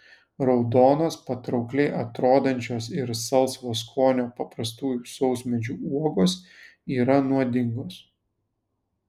raudonos patraukliai atrodančios ir salsvo skonio paprastųjų sausmedžių uogos yra nuodingos